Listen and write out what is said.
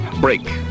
break